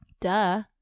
Duh